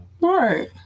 Right